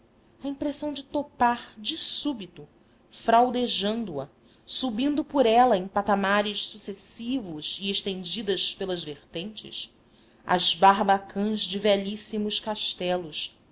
a impressão de topar de súbito fraldejando a subindo por elas em patamares sucessivos e estendidas pelas vertentes as barbacãs de velhíssimos castelos